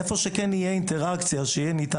איפה שכן תהיה אינטראקציה ויהיה ניתן